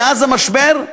מאז המשבר,